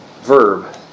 verb